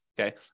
okay